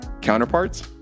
counterparts